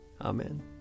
Amen